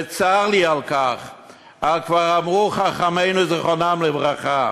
וצר לי על כך, אבל כבר אמרו חכמינו זיכרונם לברכה: